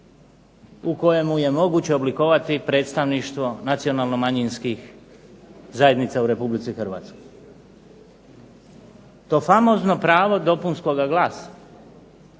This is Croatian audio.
u kojemu je moguće oblikovati predstavništvo nacionalno-manjinskih zajednica u RH. To famozno pravo dopunskoga glasa